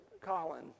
Colin